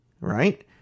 right